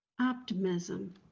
optimism